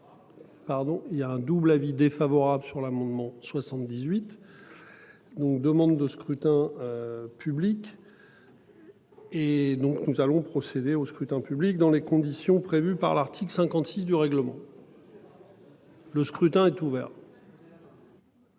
il y a un double avis défavorable sur l'amendement 78. Donc demande de scrutin. Public. Et donc nous allons procéder au scrutin public dans les conditions prévues par l'article 56 du règlement. C'est vraiment